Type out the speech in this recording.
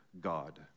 God